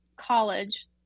college